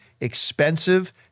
expensive